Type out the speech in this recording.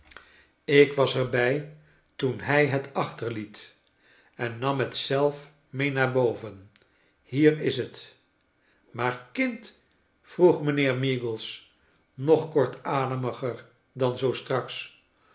ik was er bij toen hij het achterliet en nam liet zelf mee naar boven hier is het maar kind vroeg mijnheer meagles nog kortademiger dan zoo straks